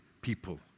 people